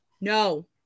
no